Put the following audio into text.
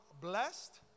blessed